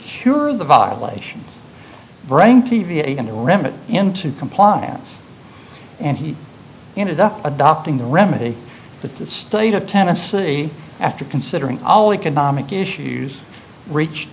cure the violations bring p v a annual revenue into compliance and he ended up adopting the remedy that the state of tennessee after considering all economic issues reached